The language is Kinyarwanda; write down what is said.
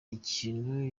ikintu